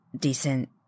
decent